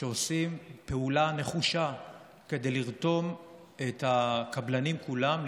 שעושים פעולה נחושה כדי לרתום את הקבלנים כולם,